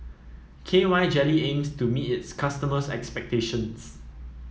K Y Jelly aims to meet its customers' expectations